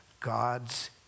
God's